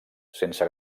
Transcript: sense